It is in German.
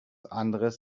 anderes